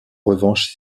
revanche